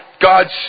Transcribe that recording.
God's